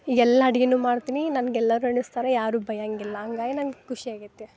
ಈಗೆಲ್ಲ ಅಡಿಗೆನು ಮಾಡ್ತೀನಿ ನನ್ಗೆಲ್ಲರು ಎಣಿಸ್ತರೇ ಯಾರು ಬಯ್ಯಂಗಿಲ್ಲ ಹಂಗಾಯ್ ನನ್ಗೆ ಖುಷಿಯಾಗೈತಿ